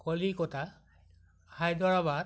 Kolkata Hyderabad